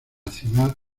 ciudad